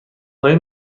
آیا